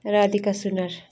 Radhika Sunuwar